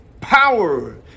power